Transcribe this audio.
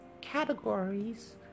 categories